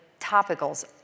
topicals